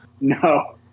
No